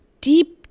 deep